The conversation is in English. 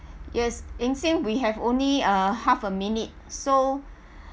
yes eng seng we have only uh half a minute so